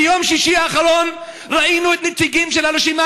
ביום שישי האחרון ראינו נציגים של הרשימה